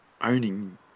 owning